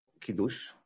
Kiddush